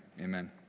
Amen